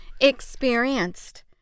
experienced